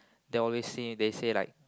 they'll always say they say like